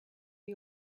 you